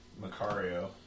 Macario